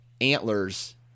antlers